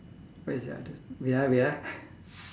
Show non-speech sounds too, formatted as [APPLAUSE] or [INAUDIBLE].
what is the others wait ah wait ah [BREATH]